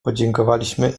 podziękowaliśmy